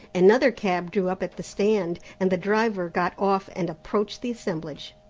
another cab drew up at the stand, and the driver got off and approached the assemblage.